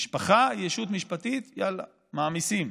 המשפחה, ישות משפטית, יאללה, מעמיסים.